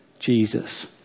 Jesus